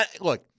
look